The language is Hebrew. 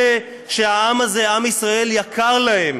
אלה שהעם הזה, עם ישראל, יקר להם,